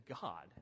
God